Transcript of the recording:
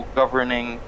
governing